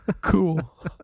cool